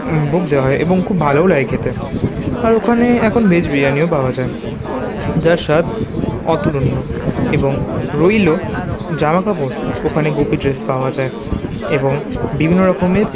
ভোগ দেওয়া হয় এবং খুব ভালোও লাগে খেতে আর ওখানে এখন ভেজ বিরিয়ানিও পাওয়া যায় যার স্বাদ অতুলনীয় এবং রইল জামা কাপড় ওখানে গোপী ড্রেস পাওয়া যায় এবং বিভিন্ন রকমের